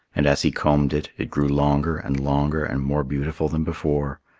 and as he combed it, it grew longer and longer and more beautiful than before,